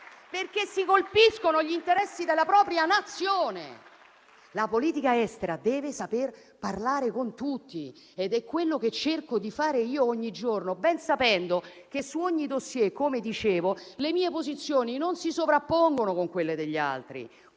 perché si colpiscono gli interessi della propria Nazione. La politica estera deve saper parlare con tutti ed è quello che cerco di fare io ogni giorno, ben sapendo che su ogni *dossier* - come dicevo - le mie posizioni non si sovrappongono a quelle degli altri,